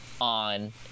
on